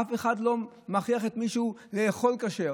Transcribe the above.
אף אחד לא מכריח מישהו לאכול כשר.